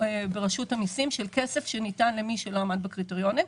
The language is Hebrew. ברשות המיסים שניתנו למי שלא עמד בקריטריונים.